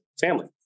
family